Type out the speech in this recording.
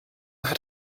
hat